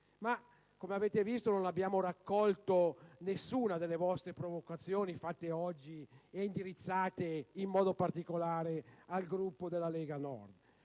Ma, come avete visto, non abbiamo raccolto nessuna delle vostre provocazioni fatte oggi e indirizzate, in modo particolare, al Gruppo Lega Nord.